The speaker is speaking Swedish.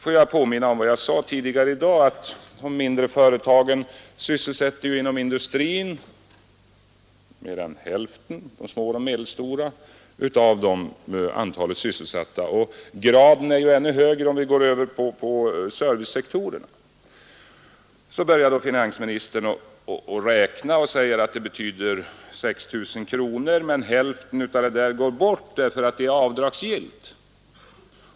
Får jag påminna om vad jag sade tidigare i dag, att de små och medelstora företagen sysselsätter mer än hälften av de anställda inom industrin. Andelen är dessutom ännu högre inom servicesektorerna. Finansministern börjar sedan att räkna och säger, att löneskattehöjningen uppgår till 6 000 kronor för företaget i hans exempel men att hälften härav går bort, eftersom löneskatten är avdragsgill.